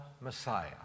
Messiah